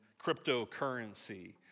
cryptocurrency